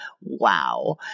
wow